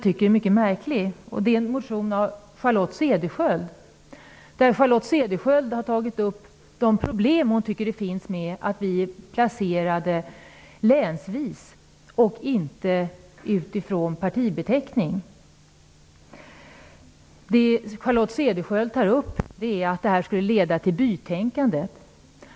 Det är en mycket märklig motion som Charlotte Cederschiöld har väckt. Hon har tagit upp de problem som hon ser med att ledamöterna är placerade länsvis och inte utifrån partibeteckning. Enligt Charlotte Cederschiöld leder detta till bytänkande.